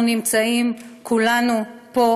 אנחנו נמצאים כולנו פה,